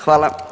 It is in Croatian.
Hvala.